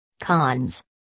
Cons